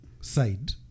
side